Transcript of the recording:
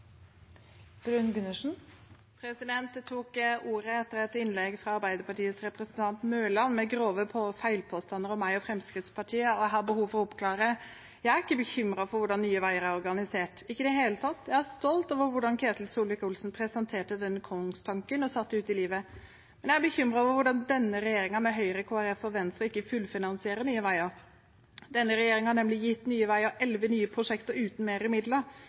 tok ordet etter et innlegg fra Arbeiderpartiets representant Mørland med grove feilpåstander om meg og Fremskrittspartiet, og jeg har behov for å oppklare. Jeg er ikke bekymret for hvordan Nye Veier er organisert – ikke i det hele tatt. Jeg er stolt over hvordan Ketil Solvik-Olsen presenterte den kongstanken og satte den ut i livet, men jeg er bekymret over hvordan denne regjeringen med Høyre, Kristelig Folkeparti og Venstre ikke fullfinansierer Nye Veier. Denne regjeringen har nemlig gitt Nye Veier elleve nye prosjekter uten mer midler,